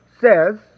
says